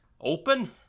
open